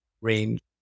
range